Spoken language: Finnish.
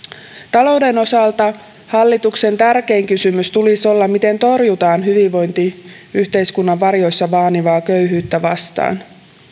talouden osalta tulisi olla hallituksen tärkein kysymys miten torjutaan hyvinvointiyhteiskunnan varjoissa vaanivaa köyhyyttä